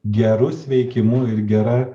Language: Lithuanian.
geru sveikimu ir gera